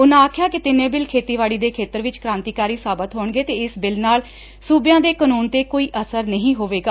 ਉਨ੍ਹਾ ਕਿਹਾ ਕਿ ਤਿੰਨੇ ਬਿੱਲ ਖੇਤੀਬਾਤੀ ਦੇ ਖੇਤਰ ਵਿਚ ਕ੍ਾਂਤੀਕਾਰੀ ਸਾਬਤ ਹੋਣਗੇ ਅਤੇ ਇਸ ਬਿੱਲ ਨਾਲ ਸੁਬਿਆਂ ਦੇ ਕਾਨੂੰਨ ਤੇ ਕੋਈ ਅਸਰ ਨਹੀ ਹੋਵੇਗਾ